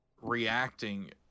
reacting